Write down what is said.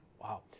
Wow